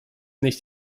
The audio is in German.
nicht